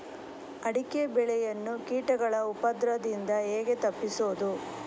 ಅಡಿಕೆ ಬೆಳೆಯನ್ನು ಕೀಟಗಳ ಉಪದ್ರದಿಂದ ಹೇಗೆ ತಪ್ಪಿಸೋದು?